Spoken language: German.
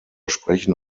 sprechen